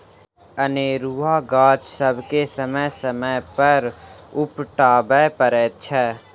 अनेरूआ गाछ सभके समय समय पर उपटाबय पड़ैत छै